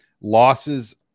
losses